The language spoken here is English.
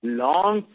long